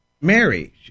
Mary